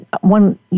one